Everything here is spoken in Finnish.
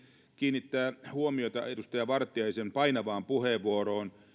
kiinnittää huomiota edustaja vartiaisen painavaan puheenvuoroon